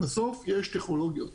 בסוף יש טכנולוגיות